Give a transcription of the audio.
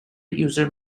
user